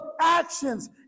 actions